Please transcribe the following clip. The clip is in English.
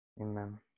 Amen